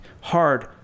hard